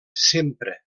sempre